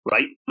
Right